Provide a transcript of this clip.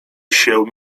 się